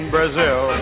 Brazil